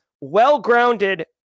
well-grounded